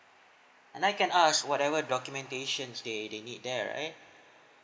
and I can ask whatever documentations they they need there right